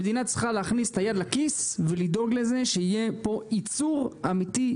המדינה צריכה להכניס ליד לכיס ולדאוג לזה שיהיה פה ייצור אמיתי,